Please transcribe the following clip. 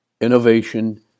Innovation